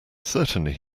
certainly